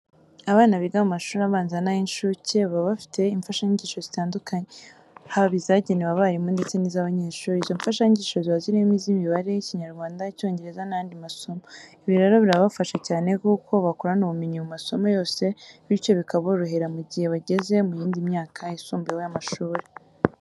Abana biga mu mashuri abanza n'ay'incuke baba bafie imfashanyigisho zitandukanye, haba izagenewe abarimu ndetse n'iz'abanyeshuri. Izo mfashanyigisho ziba zirimo iz'Imibare, Ikinyarwanda, Icyngereza n'ayandi masomo. Ibi rero birabafasha cyane kuko bakurana ubumenyi mu masomo yose bityo bikaborohera mu gihe bageze mu yindi myaka yisumbuyeho y'amashuri.